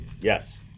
Yes